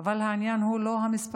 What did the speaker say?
אבל העניין הוא בכלל לא המספרים.